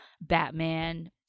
Batman